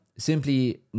simply